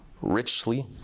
richly